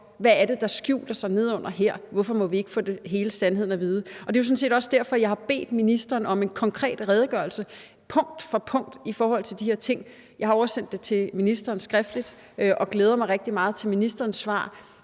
Hvad er det, der skjuler sig nedenunder her? Hvorfor må vi ikke få hele sandheden at vide? Det er jo sådan set også derfor, jeg har bedt ministeren om en konkret redegørelse punkt for punkt af de her ting. Jeg har oversendt det til ministeren skriftligt, og jeg glæder mig rigtig meget til ministerens svar,